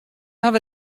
hawwe